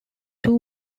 two